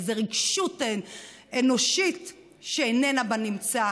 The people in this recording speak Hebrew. איזו רגישות אנושית שאיננה בנמצא,